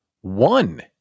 One